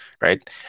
right